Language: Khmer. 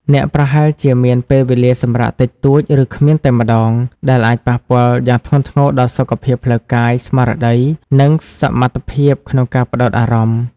អ្នកប្រហែលជាមានពេលវេលាសម្រាកតិចតួច ឬគ្មានតែម្តង ដែលអាចប៉ះពាល់យ៉ាងធ្ងន់ធ្ងរដល់សុខភាពផ្លូវកាយ ស្មារតី និងសមត្ថភាពក្នុងការផ្តោតអារម្មណ៍។